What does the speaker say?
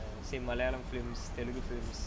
same malayalam films telugu films